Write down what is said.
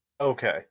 Okay